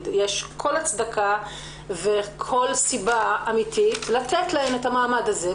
כל הצדקה וכל סיבה אמיתית לתת להן את המעמד הזה,